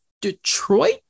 Detroit